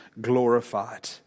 glorified